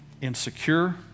insecure